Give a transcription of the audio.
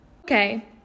okay